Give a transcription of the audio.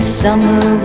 summer